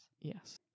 Yes